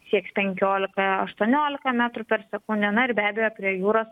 sieks penkiolika aštuoniolika metrų per sekundę na ir be abejo prie jūros